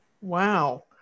Wow